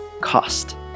Cost